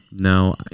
No